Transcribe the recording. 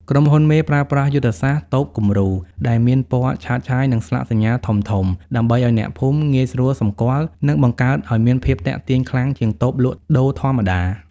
ក្រុមហ៊ុនមេប្រើប្រាស់យុទ្ធសាស្ត្រ "តូបគំរូ" ដែលមានពណ៌ឆើតឆាយ និងស្លាកសញ្ញាធំៗ ដើម្បីឱ្យអ្នកភូមិងាយស្រួលសម្គាល់ និងបង្កើតឱ្យមានភាពទាក់ទាញខ្លាំងជាងតូបលក់ដូរធម្មតា។